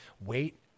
Wait